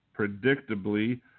predictably